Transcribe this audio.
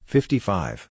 Fifty-five